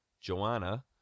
Joanna